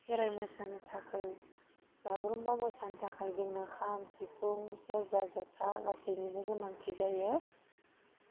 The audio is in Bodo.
खेराइ मोसानो थाखाय बागुरुम्बा मोसानो थाखाय जोंनो खाम सिफुं सेरजा ज'था गासैनिबो गोनांथि जायो